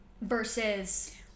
versus